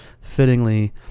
fittingly